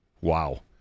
Wow